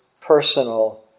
personal